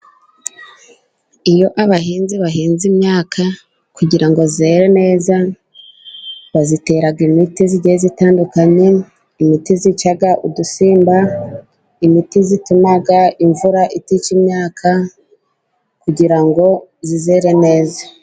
Iyo abahinzi bahinze imyaka kugira ngo zere neza bazitera imiti igiye itandukanye, imiti zica udusimba, imiti zituma imvura itica imyaka, kugira ngo zizere neza.